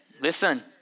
Listen